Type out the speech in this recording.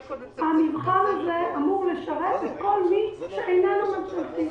המבחן הזה אמור לשרת את כל מי שאיננו ממשלתי.